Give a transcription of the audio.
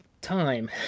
time